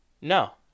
No